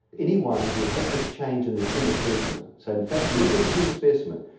anyone who had this change in the tumour specimen, so in fact we look at a tumour specimen,